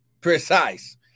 precise